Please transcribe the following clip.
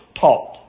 taught